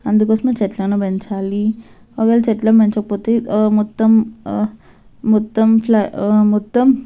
అందుకోసమే చెట్లను పెంచాలి ఒకవేళ చెట్లని పెంచకపోతే మొత్తం మొత్తం మొత్తం